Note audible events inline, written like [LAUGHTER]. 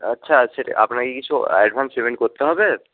আচ্ছা [UNINTELLIGIBLE] আপনাকে কিছু অ্যাডভান্স পেমেন্ট করতে হবে